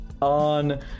on